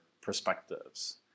perspectives